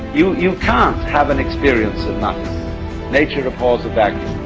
you you can't have an experience of nothing nature abhors a vacuum.